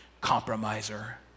Compromiser